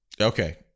Okay